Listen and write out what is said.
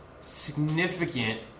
significant